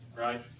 Right